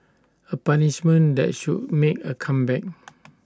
A punishment that should make A comeback